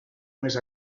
més